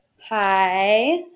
Hi